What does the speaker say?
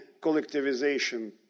collectivization